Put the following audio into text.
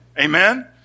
Amen